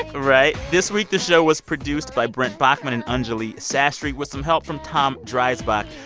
right? this week, the show was produced by brent baughman and anjuli sastry with some help from tom dreisbach.